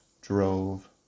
drove